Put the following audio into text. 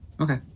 Okay